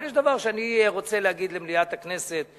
אבל יש דבר שאני רוצה להגיד למליאת הכנסת,